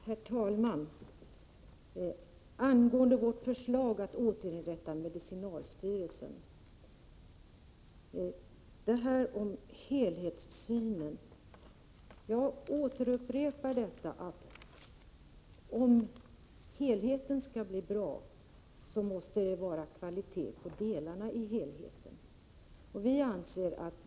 Herr talman! Angående vårt förslag att återinrätta medicinalstyrelsen vill jag säga följande. Jag vill upprepa det jag har sagt om helhetssynen. Om helheten skall bli bra, måste delarna i helheten vara av god kvalitet.